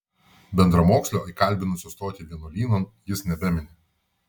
bendramokslio įkalbinusio stoti vienuolynan jis nebemini